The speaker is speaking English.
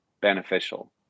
beneficial